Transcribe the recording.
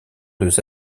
deux